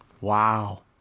Wow